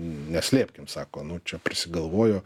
neslėpkim sako nu čia prisigalvojo